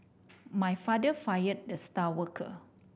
my father fire the star worker